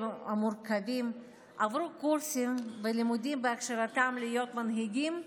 המורכבים עברו קורסים ולימודים בהכשרתם להיות מנהיגים?